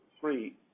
three